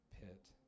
pit